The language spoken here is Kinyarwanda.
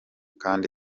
kandi